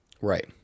Right